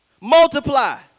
Multiply